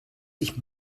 sich